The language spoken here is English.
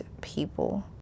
people